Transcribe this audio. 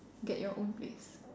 get your own place